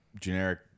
generic